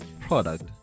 product